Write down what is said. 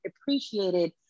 appreciated